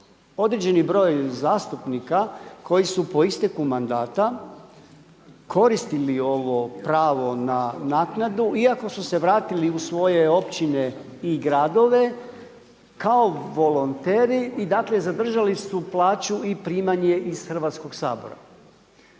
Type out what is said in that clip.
određeni broj zastupnika koji su po isteku mandata koristili ovo pravo na naknadu iako su se vratili u svoje općine i gradove kao volonteri i zadržali su plaću i primanje iz Hrvatskog sabora.